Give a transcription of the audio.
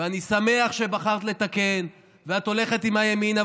ואני שמח שבחרת לתקן ואת הולכת עם הימין.